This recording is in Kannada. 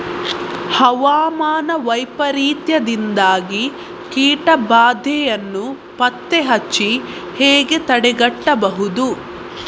ಹವಾಮಾನ ವೈಪರೀತ್ಯದಿಂದಾಗಿ ಕೀಟ ಬಾಧೆಯನ್ನು ಪತ್ತೆ ಹಚ್ಚಿ ಹೇಗೆ ತಡೆಗಟ್ಟಬಹುದು?